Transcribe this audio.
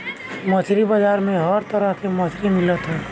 मछरी बाजार में हर तरह के मछरी मिलत हवे